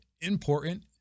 important